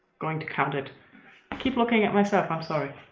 going to count it. i keep looking at myself. i'm sorry.